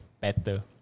better